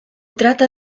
trata